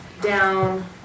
down